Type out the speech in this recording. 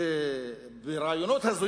תהיה מדינה אחת?